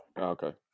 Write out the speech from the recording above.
Okay